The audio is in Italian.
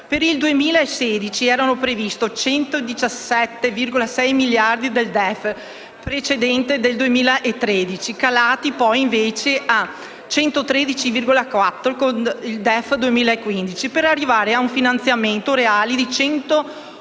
Per il 2016 erano previsti 117,6 miliardi di euro dal DEF precedente del 2013, calati poi, invece, a 113,4 con il DEF 2015, per arrivare a un finanziamento reale di 111